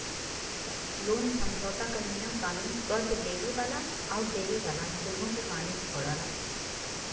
loan समझौता क नियम कानून कर्ज़ लेवे वाला आउर देवे वाला दोनों के माने क पड़ला